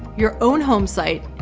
your own home site,